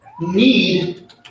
need